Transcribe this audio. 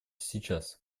сейчас